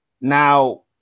Now